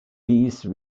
peace